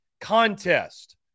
contest